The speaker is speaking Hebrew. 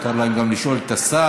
מותר להם גם לשאול את השר.